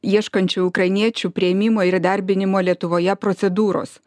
ieškančių ukrainiečių priėmimo ir įdarbinimo lietuvoje procedūros